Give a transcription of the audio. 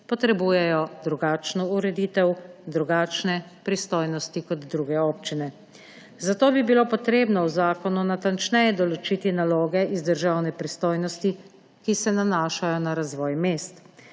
potrebujejo drugačno ureditev, drugačne pristojnosti kot druge občine. Zato bi bilo potrebno v zakonu natančneje določiti naloge iz državne pristojnosti, ki se nanašajo na razvoj mest.